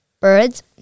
bird's